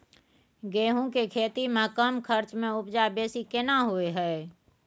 गेहूं के खेती में कम खर्च में उपजा बेसी केना होय है?